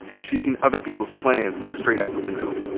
she's seen other people's plans go straight out the window.